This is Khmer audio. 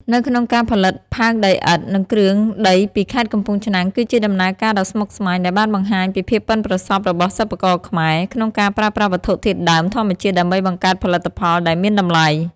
នៅក្នុងការផលិតផើងដីឥដ្ឋ និងគ្រឿងដីពីខេត្តកំពង់ឆ្នាំងគឺជាដំណើរការដ៏ស្មុគស្មាញដែលបានបង្ហាញពីភាពប៉ិនប្រសប់របស់សិប្បករខ្មែរ ក្នុងការប្រើប្រាស់វត្ថុធាតុដើមធម្មជាតិដើម្បីបង្កើតផលិតផលដែលមានតម្លៃ។